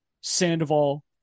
Sandoval